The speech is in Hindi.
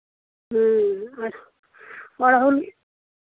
और हम